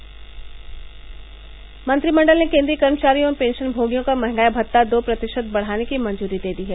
स स स मंत्रिमंडल ने केन्द्रीय कर्मचारियों और पेंशनमोगियों का मंहगाई भत्ता दो प्रतिशत बढ़ाने की मंजूरी दी है